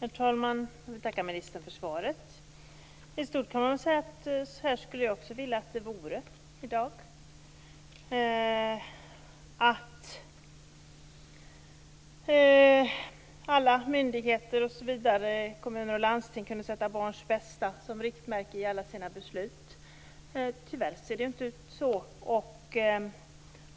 Herr talman! Jag tackar ministern för svaret. I stort kan jag säga att jag också skulle vilja att det vore på detta sätt i dag, att alla myndigheter, kommuner och landsting kunde sätta barns bästa som riktmärke i alla sina beslut. Tyvärr ser det inte ut så och